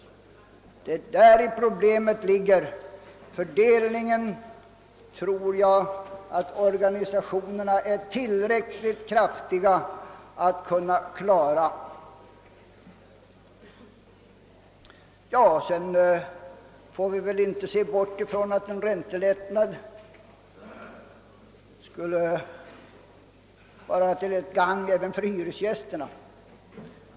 Det är där problemet finns; fördelningen tror jag som sagt att organisationerna är tillräckligt starka för att kunna klara. Sedan får vi väl inte heller se bort från att en räntelättnad skulle vara till gagn även för hyresgästerna.